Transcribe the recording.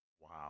Wow